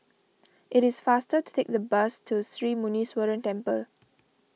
it is faster to take the bus to Sri Muneeswaran Temple